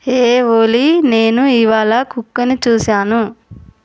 hey Ollie నేను ఇవాళ కుక్కను చూశాను